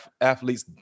athletes